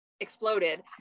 exploded